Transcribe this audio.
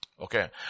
Okay